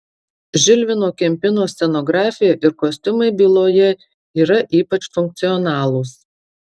žilvino kempino scenografija ir kostiumai byloje yra ypač funkcionalūs